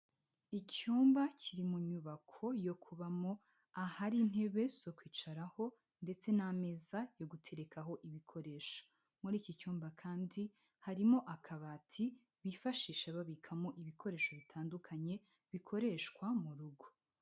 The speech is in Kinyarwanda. Icyumba kiri mu nyubako yo kubamo, ahari intebe zo kwicaraho, ndetse n'ameza yo guterekaho ibikoresho. Muri iki cyumba kandi harimo akabati, bifashisha babikamo ibikoresho bitandukanye bikoreshwa mu rugo.